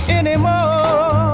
anymore